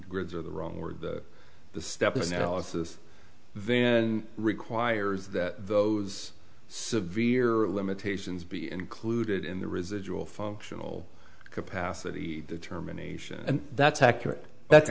grids are the wrong or the step in sales of the vin requires that those severe limitations be included in the residual functional capacity determination and that's accurate that's